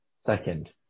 Second